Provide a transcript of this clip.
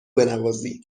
بنوازی